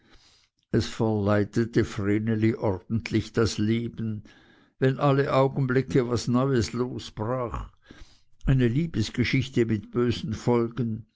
es verleidete vreneli ordentlich das leben wenn alle augenblicke was neues losbrach eine liebesgeschichte mit bösen folgen